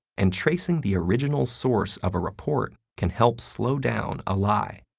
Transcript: and tracing the original source of a report can help slow down a lie,